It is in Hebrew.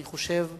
אני חושב שעלינו,